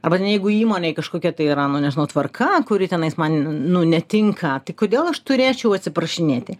arba ten jeigu įmonėj kažkokioj tai yra nu nežinau tvarka kuri tenais man nu netinka tai kodėl aš turėčiau atsiprašinėti